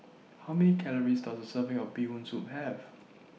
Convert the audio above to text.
How Many Calories Does A Serving of Bee Hoon Soup Have